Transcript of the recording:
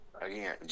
again